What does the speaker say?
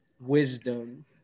wisdom